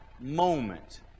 moment